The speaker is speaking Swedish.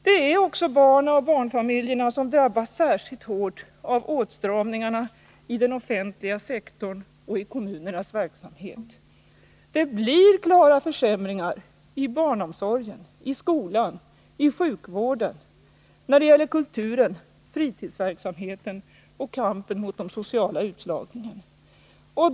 Det är också barnen och barnfamiljerna som drabbas särskilt hårt av åtstramningarna i den offentliga sektorn och kommunernas verksamhet. Det blir klara försämringar i barnomsorgen, i skolan, i sjukvården, när det gäller kulturen, i fritidsverksamheten och i kampen mot den sociala utslagningen.